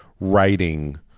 writing